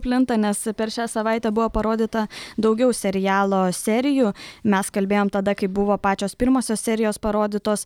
plinta nes per šią savaitę buvo parodyta daugiau serialo serijų mes kalbėjom tada kai buvo pačios pirmosios serijos parodytos